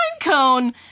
cone